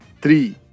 three